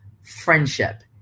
friendship